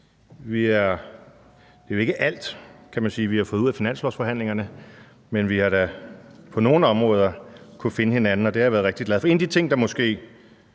vi har fået ud af finanslovsforhandlingerne, men vi har da på nogle områder kunnet finde hinanden, og det har jeg været rigtig glad for. En af de ting, der måske